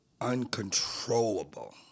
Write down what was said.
uncontrollable